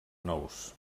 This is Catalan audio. nous